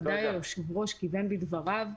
ודאי היושב-ראש כיוון בדבריו,